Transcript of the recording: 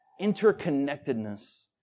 interconnectedness